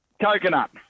Coconut